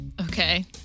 Okay